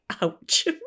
Ouch